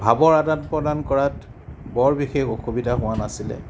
ভাৱৰ আদান প্ৰদান কৰাত বৰ বিশেষ অসুবিধা হোৱা নাছিলে